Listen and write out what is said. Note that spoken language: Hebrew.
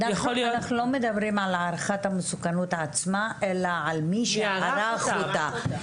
עדיין אנחנו לא מדברים על הערכת המסוכנות עצמה אלא על מי שערך אותה.